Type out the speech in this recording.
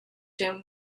jim